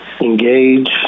engage